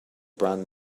brand